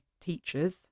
teachers